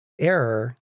error